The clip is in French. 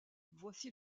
voici